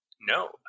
No